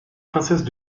princesse